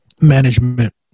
management